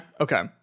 Okay